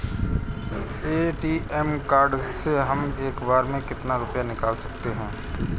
ATM card से हम एक बार में कितना रुपया निकाल सकते हैं?